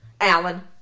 alan